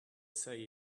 say